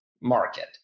market